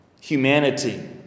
humanity